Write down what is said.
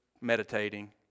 meditating